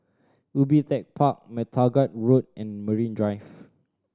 Ubi Tech Park MacTaggart Road and Marine Drive